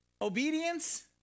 Obedience